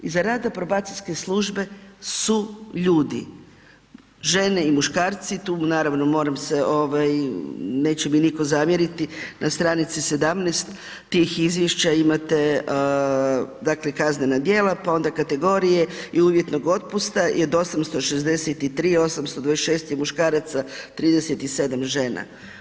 Iza rada probacijske službe su ljudi. žene i muškarci, tu naravno moram se, neće mi nitko zamjeriti, na str. 17 tih izvješća imate, dakle kaznena djela pa onda kategorije i uvjetnog otpusta i od 863, 826 je muškaraca, 37 žena.